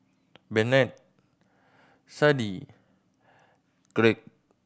Bennett Sadie Gregg